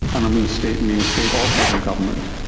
and i mean state mean state or federal government,